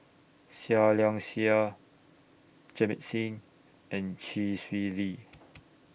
Seah Liang Seah Jamit Singh and Chee Swee Lee